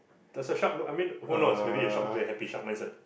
does your shark look I mean who knows maybe the shark could be a happy shark mindset